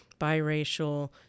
biracial